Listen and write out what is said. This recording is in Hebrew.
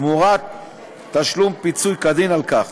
תמורת תשלום פיצוי כדין על כך.